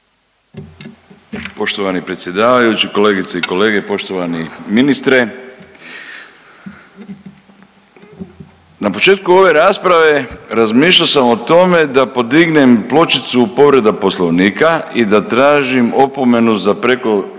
Poštovani predsjedavajući, kolegice i kolege, poštovani ministre. Na početku ove rasprave razmišljao sam o tome da podignem pločicu povreda Poslovnika i da tražim opomenu za preko